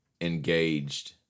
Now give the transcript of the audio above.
engaged